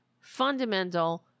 fundamental